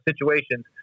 situations